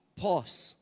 pause